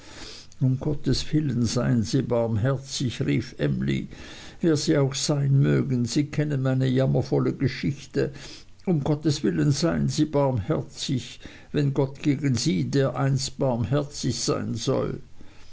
um gottes willen seien sie barmherzig rief emly wer sie auch sein mögen sie kennen meine jammervolle geschichte um gottes willen seien sie barmherzig wenn gott gegen sie dereinst barmherzig sein soll